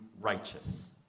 righteous